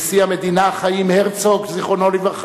נשיא המדינה חיים הרצוג ז"ל,